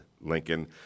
Lincoln